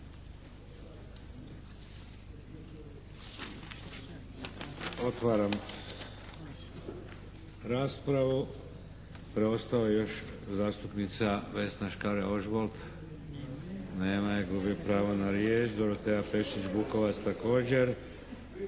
Otvaram raspravu. Preostao je još zastupnica Vesna Škare Ožbolt. Nema je. Gubi pravo na riječ. Dorotea Pešić-Bukovac. Također.